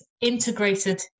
integrated